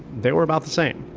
they were about the same,